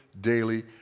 daily